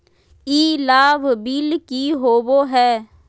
ई लाभ बिल की होबो हैं?